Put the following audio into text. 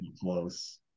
close